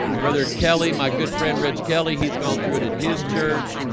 brother kelly my good friend reggie kelly he's gone through it at his church.